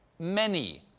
many.